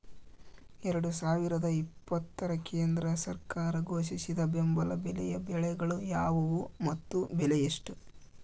ಎರಡು ಸಾವಿರದ ಇಪ್ಪತ್ತರ ಕೇಂದ್ರ ಸರ್ಕಾರ ಘೋಷಿಸಿದ ಬೆಂಬಲ ಬೆಲೆಯ ಬೆಳೆಗಳು ಯಾವುವು ಮತ್ತು ಬೆಲೆ ಎಷ್ಟು?